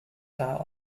are